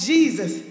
Jesus